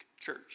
church